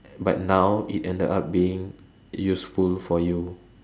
but now it ended up being useful for you